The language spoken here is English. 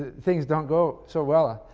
things don't go so well, ah